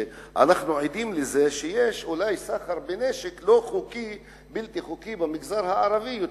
אנחנו עדים לסחר בלתי חוקי בנשק שהוא אולי יותר גדול במגזר הערבי.